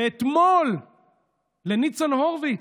ואתמול לניצן הורוביץ,